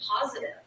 positive